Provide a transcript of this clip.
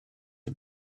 him